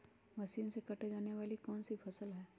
Machine से काटे जाने वाली कौन सी फसल है?